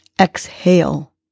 Exhale